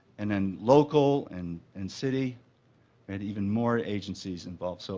and and local and and city and even more agencies involved. so